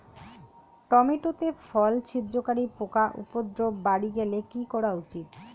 Tomato তে ফল ছিদ্রকারী পোকা উপদ্রব বাড়ি গেলে কি করা উচিৎ?